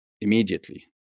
immediately